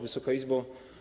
Wysoka Izbo!